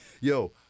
Yo